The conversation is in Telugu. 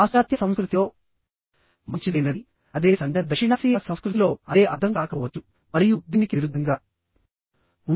పాశ్చాత్య సంస్కృతిలో మంచిదైనదిఅదే సంజ్ఞ దక్షిణాసియా సంస్కృతిలో అదే అర్థం కాకపోవచ్చు మరియు దీనికి విరుద్ధంగా ఉంటుంది